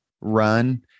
run